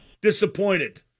disappointed